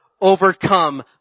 overcome